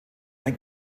ein